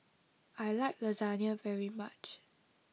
I like Lasagne very much